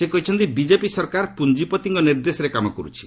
ସେ କହିଛନ୍ତି ବିଜେପି ସରକାର ପୁଞ୍ଜିପତିଙ୍କ ନିର୍ଦ୍ଦେଶରେ କାମ କରୁଛି